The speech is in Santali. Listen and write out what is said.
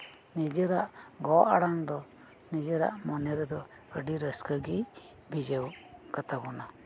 ᱱᱤᱡᱮᱨᱟᱜ ᱜᱚ ᱟᱲᱟᱝ ᱫᱚ ᱱᱤᱡᱮᱨᱟᱜ ᱢᱚᱱᱮ ᱨᱮᱫᱚ ᱟᱹᱰᱤ ᱨᱟᱹᱥᱠᱟᱹᱜᱤ ᱵᱷᱤᱡᱟᱹᱣ ᱠᱟᱛᱟᱵᱚᱱᱟ